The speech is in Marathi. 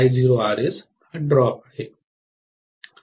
I0RS ड्रॉप आहे